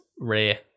Rare